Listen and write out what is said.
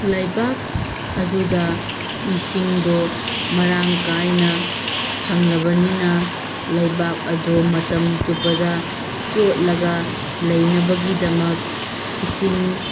ꯂꯩꯕꯥꯛ ꯑꯗꯨꯗ ꯏꯁꯤꯡꯗꯣ ꯃꯔꯥꯡ ꯀꯥꯏꯅ ꯐꯪꯂꯕꯅꯤꯅ ꯂꯩꯕꯥꯛ ꯑꯗꯣ ꯃꯇꯝ ꯆꯨꯞꯄꯗ ꯆꯣꯠꯂꯒ ꯂꯩꯅꯕꯒꯤꯗꯃꯛ ꯏꯁꯤꯡ